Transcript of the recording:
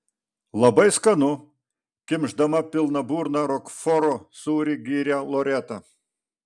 labai skanu kimšdama pilna burna rokforo sūrį gyrė loreta